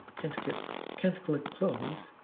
can't click can't click close.